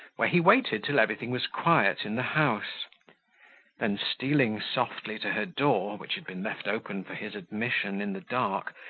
where he waited till everything was quiet in the house then stealing softly to her door, which had been left open for his admission in the dark,